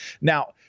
Now